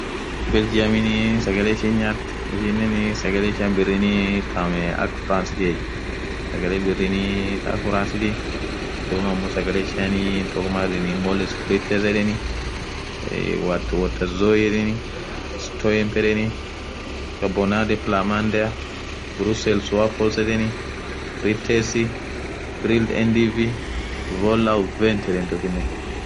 Belgiuminii sagale ishin nyathu ishinen sagale ishian birrini thaam akaa pasitiye sagale birrini thaa akaa korasit dhub amoo sagale ishian toko maaan yedheni molesikuritas yedheni watu watazoi yedheni sutuempe yedheni abonadhe plannadhea grusell waspond yedeni kritels free.endiv vola overt